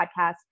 podcast